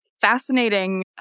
fascinating